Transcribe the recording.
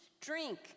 drink